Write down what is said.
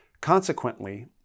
Consequently